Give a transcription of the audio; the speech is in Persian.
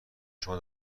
شما